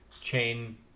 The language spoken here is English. chain